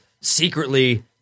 secretly